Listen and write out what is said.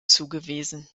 zugewiesen